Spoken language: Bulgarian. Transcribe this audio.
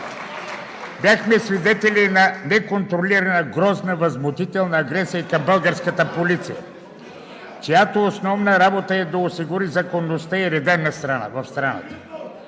Бяхме свидетели на неконтролирана грозна, възмутителна агресия към българската полиция, чиято основна работа е да осигури законността и реда в страната.